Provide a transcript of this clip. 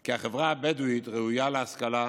כי החברה הבדואית ראויה להשכלה,